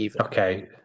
Okay